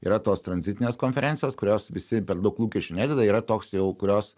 yra tos tranzitinės konferencijos kurios visi per daug lūkesčių nededa yra toks jau kurios